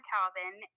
Calvin